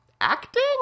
acting